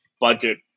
budget